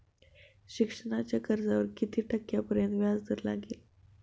शिक्षणाच्या कर्जावर किती टक्क्यांपर्यंत व्याजदर लागेल?